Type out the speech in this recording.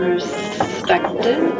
Respected